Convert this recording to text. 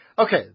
Okay